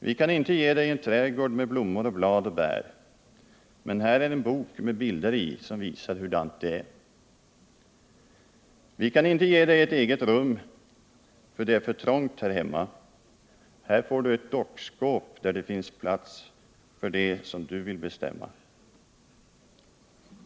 Vi kan inte ge dig en trädgård med blommor och blad och bär Men här är en bok med bilder i som visar hurdant det är. Vi kan inte ge dig ett eget rum för det är för trångt här hemma Här får du ett dockskåp där det finns plats för det som du vill bestämma.